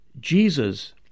Jesus